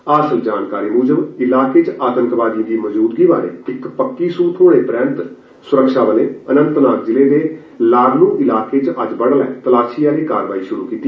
हासल जानकारी म्जब इलाका च आतंकवादिएं दी मौजूदगी बारै इक पक्की सूह थ्होन परैन्त सुरक्षाबलें अनंतनाग जिल द लारनू इलाक च अज्ज बड़ लै तपाशी आहली कार्रवाई श्रु कीती